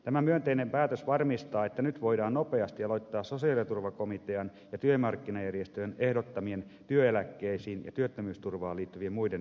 tämä myönteinen päätös varmistaa että nyt voidaan nopeasti aloittaa sosiaaliturvakomitean ja työmarkkinajärjestöjen ehdottamien työeläkkeisiin ja työttömyysturvaan liittyvien muiden ehdotusten jatkovalmistelu